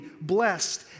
blessed